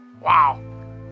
Wow